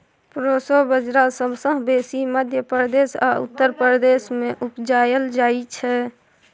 proso बजरा सबसँ बेसी मध्य प्रदेश आ उत्तर प्रदेश मे उपजाएल जाइ छै